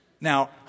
Now